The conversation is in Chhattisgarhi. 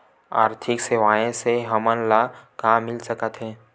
आर्थिक सेवाएं से हमन ला का मिल सकत हे?